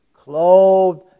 clothed